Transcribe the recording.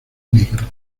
negro